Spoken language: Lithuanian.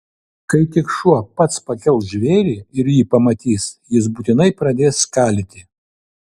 kai tik šuo pats pakels žvėrį ir jį pamatys jis būtinai pradės skalyti